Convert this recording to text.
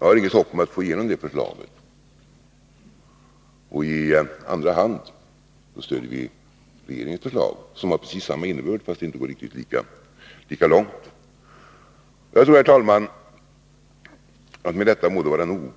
Jag har inget hopp om att få igenom detta förslag, och i andra hand stöder vi regeringens förslag, som har precis samma innebörd, fast det inte går riktigt lika långt. Herr talman! Med detta må det vara nog.